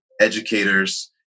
educators